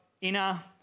inner